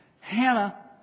Hannah